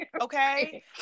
okay